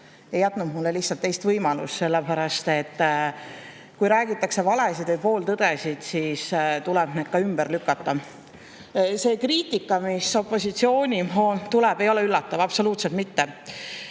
ei jätnud lihtsalt teist võimalust, sellepärast et kui räägitakse valesid või pooltõdesid, siis tuleb need ümber lükata. See kriitika, mis opositsiooni poolt tuleb, ei ole üllatav. Absoluutselt mitte!